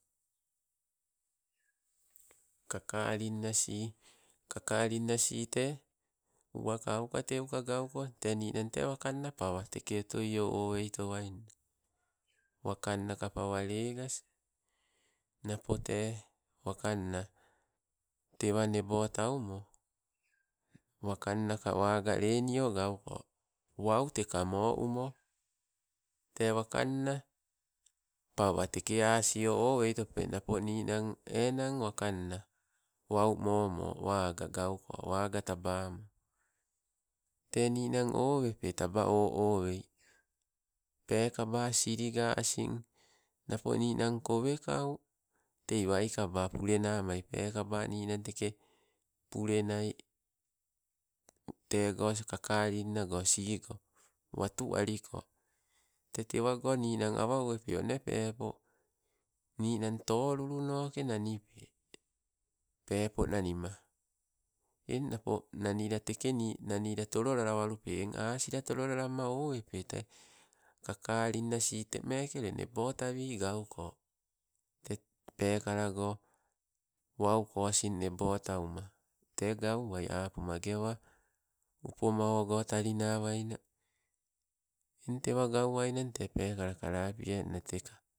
Kakalinna sii, kakalinan sii tee uwaka auka teuka gauko, tee ninang tee wakanna pawa, teke otoio owei towainna, wakanna ka pawa legas napote wakanna tewa nebotaumo, wakannaka waaga lenoi gauko, wau teke moo umo, te wakanna pawa. asio oweitope napo ninang, enang wakanna, wau imo moko waga gauko, waaga tabamo, te ninang owepe taba oh oh wei, pekaba asin siliga napo ninan kowekau, tei waikaba pulenamai, pekaba ninang teke, pulenai, tego kakalin nago sigo watu aliko te tewago ninan awa awepe, onee pepo ninan, tolulu noke nanipe, peepo nanima, eng napo nanila teke ni nanila tolo lalawalu pe eng asila tololalama owepe tee kakalin na sii temeke ule nebotawi gauko, te peekalago wauko asin nebo tauma, tee gauwai apuma, age awa upoma ogo talinawaina eng tawa gauwaina te pekala kalapienna teka.